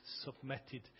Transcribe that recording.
submitted